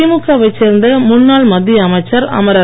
திமுக வைச் சேர்ந்த முன்னாள் மத்திய அமைச்சர் அமரர்